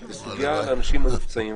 זו סוגיה לאנשים המקצועיים.